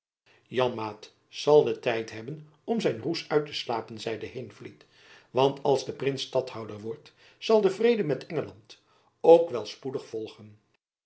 janmaat zal den tijd hebben om zijn roes uit te slapen zeide heenvliet want als de prins stadhouder wordt zal de vrede met engeland ook wel spoedig volgen